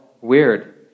weird